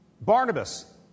Barnabas